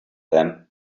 them